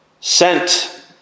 sent